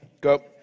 Go